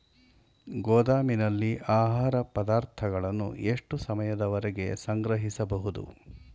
ಗೋದಾಮಿನಲ್ಲಿ ಆಹಾರ ಪದಾರ್ಥಗಳನ್ನು ಎಷ್ಟು ಸಮಯದವರೆಗೆ ಸಂಗ್ರಹಿಸಬಹುದು?